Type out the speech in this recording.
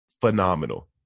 phenomenal